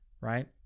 right